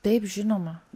taip žinoma